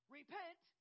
repent